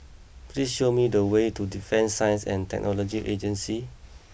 please show me the way to Defence Science and Technology Agency